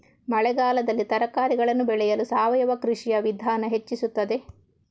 ಮಳೆಗಾಲದಲ್ಲಿ ತರಕಾರಿಗಳನ್ನು ಬೆಳೆಯಲು ಸಾವಯವ ಕೃಷಿಯ ವಿಧಾನ ಹೆಚ್ಚಿಸುತ್ತದೆ?